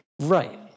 Right